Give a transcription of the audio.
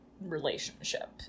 relationship